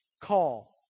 Call